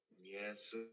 Yes